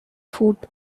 foot